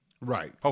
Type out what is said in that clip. Right